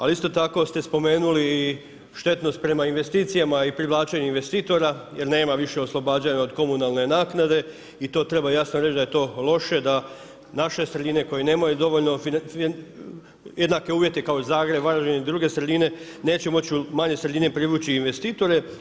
Ali isto tako ste spomenuli i štetnost prema investicijama i privlačenje investitora jer nema više oslobađanja od komunalne naknade i to treba jasno reći da je to loše da naše sredine koje nemaju dovoljno jednake uvjete kao Zagreb, Varaždin i druge sredine neće moći manje sredine privući investitore.